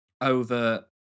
over